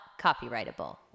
copyrightable